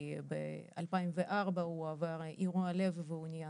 כי ב-2004 הוא עבר אירוע לב והוא נהיה